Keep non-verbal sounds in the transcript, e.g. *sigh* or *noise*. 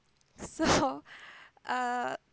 so *laughs* uh